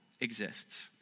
exists